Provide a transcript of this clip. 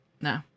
No